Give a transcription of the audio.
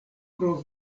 pro